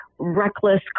reckless